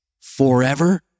forever